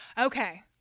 Okay